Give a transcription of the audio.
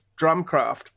Drumcraft